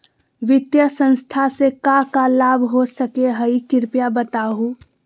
वित्तीय संस्था से का का लाभ हो सके हई कृपया बताहू?